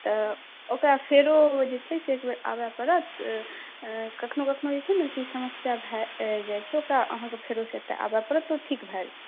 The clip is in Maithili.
तऽ ओकरा फेरो ओ जे छै से एकबेर आबऽ परत कखनो कखनो छै ने ई समस्या भऽ जाइ छै तऽ अहाँके फेरोसॅं एतय आबऽ परत तऽ ओ ठीक भऽ जायत